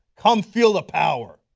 come feel the power.